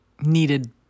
needed